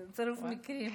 זה צירוף מקרים.